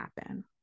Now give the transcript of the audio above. happen